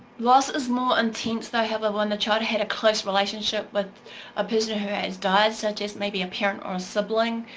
loss is more intense thoughm, however when the child had a close relationship with a person who has died such as maybe a parent or a sibling.